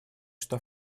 что